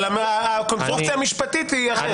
אבל הקונסטרוקציה המשפטית היא אחרת.